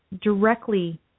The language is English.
directly